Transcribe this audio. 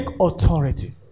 authority